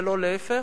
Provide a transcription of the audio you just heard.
ולא להיפך,